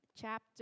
chapter